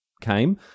came